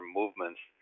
movements